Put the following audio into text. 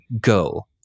Go